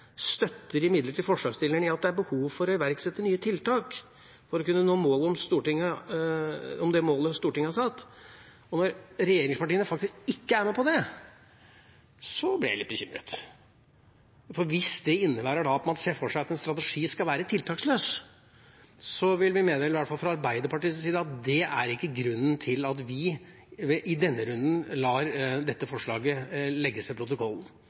støtter imidlertid forslagsstilleren i at det er behov for å iverksette nye tiltak for å kunne nå målet som Stortinget har satt». Når regjeringspartiene ikke er med på dette, blir jeg litt bekymret. For hvis det innebærer at man ser for seg at en strategi skal være tiltaksløs, vil vi meddele iallfall fra Arbeiderpartiets side at dét ikke er grunnen til at vi i denne runden lar dette forslaget vedlegges protokollen. Vi mener at en strategi nettopp må inneholde noen nye tiltak, slik at vi til